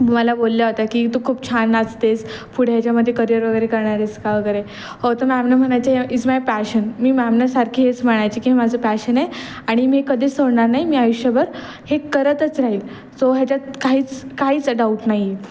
मला बोलल्या होत्या की तू खूप छान नाचतेस पुढे ह्याच्यामध्ये करिअर वगैरे करणार आहेस का वगैरे तर मॅमना म्हणायचे इज माय पॅशन मी मॅमना सारखी हेच म्हणायचे की हे माझं पॅशन आहे आणि मी कधीच सोडणार नाही मी आयुष्यभर हे करतच राहील सो ह्याच्यात काहीच काहीच डाऊट नाही